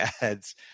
ads